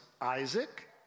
Isaac